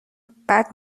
بعد